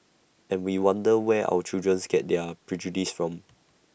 and we wonder where our children get their prejudices from